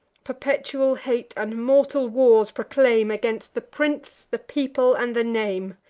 perpetual hate and mortal wars proclaim, against the prince, the people, and the name.